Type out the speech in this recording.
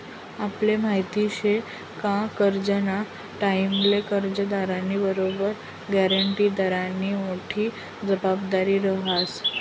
आपले माहिती शे का करजंना टाईमले कर्जदारनी बरोबर ग्यारंटीदारनी मोठी जबाबदारी रहास